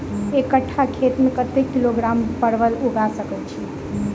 एक कट्ठा खेत मे कत्ते किलोग्राम परवल उगा सकय की??